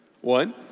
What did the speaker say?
One